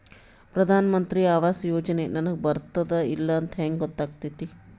ಪ್ರಧಾನ ಮಂತ್ರಿ ಆವಾಸ್ ಯೋಜನೆ ನನಗ ಬರುತ್ತದ ಇಲ್ಲ ಅಂತ ಹೆಂಗ್ ಗೊತ್ತಾಗತೈತಿ?